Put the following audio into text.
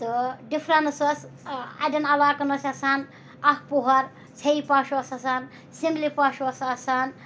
تہٕ ڈِفرَنس ٲس اَڑٮ۪ن علاقَن ٲسۍ آسان اَکھ پُہَر ژھیٚیہِ پَش اوس آسان سِملہِ پَش اوس آسان